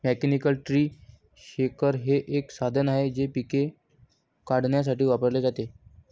mechanical tree shaker हे एक साधन आहे जे पिके काढण्यासाठी वापरले जाते